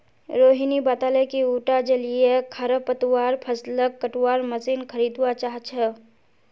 रोहिणी बताले कि उटा जलीय खरपतवार फ़सलक कटवार मशीन खरीदवा चाह छ